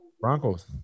Broncos